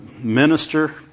Minister